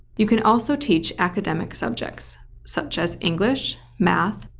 you could also teach academic subjects such as english, math,